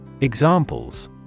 Examples